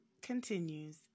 continues